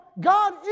God